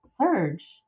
surge